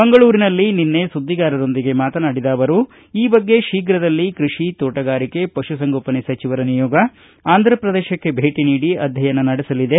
ಮಂಗಳೂರಿನಲ್ಲಿ ನಿನ್ನೆ ಸುದ್ದಿಗಾರರೊಂದಿಗೆ ಮಾತನಾಡಿದ ಅವರು ಈ ಬಗ್ಗೆ ತೀಪ್ರದಲ್ಲಿ ಕೃಷಿ ತೋಟಗಾರಿಕೆ ಪಶುಸಂಗೋಪನೆ ಸಚಿವರ ನಿಯೋಗ ಆಂಧ್ರಪ್ರದೇಶಕ್ಕೆ ಭೇಟಿ ನೀಡಿ ಅಧ್ಯಯನ ನಡೆಸಲಿದೆ